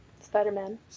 Spider-Man